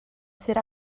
sydd